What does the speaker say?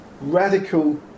radical